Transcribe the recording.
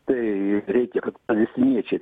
tai reikia kad palestiniečiai